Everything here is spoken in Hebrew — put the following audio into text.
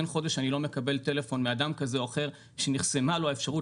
אין חודש שאני לא מקבל טלפון מאדם כזה או אחר שנחסמה לו האפשרות